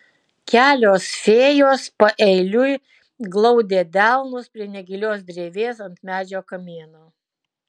kelios fėjos paeiliui glaudė delnus prie negilios drevės ant medžio kamieno